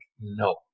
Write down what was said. no